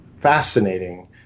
fascinating